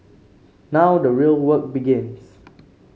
now the real work begins